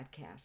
podcast